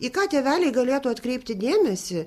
į ką tėveliai galėtų atkreipti dėmesį